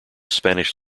spanish